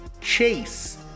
Chase